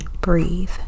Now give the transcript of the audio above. breathe